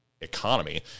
economy